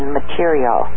material